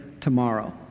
tomorrow